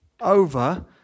over